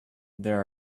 there